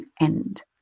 end